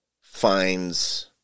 finds